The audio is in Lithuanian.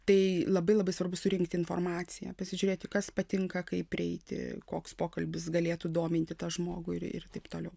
tai labai labai svarbu surinkti informaciją pasižiūrėti kas patinka kaip prieiti koks pokalbis galėtų dominti tą žmogų ir ir taip toliau